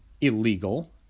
illegal